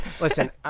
Listen